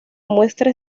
muestra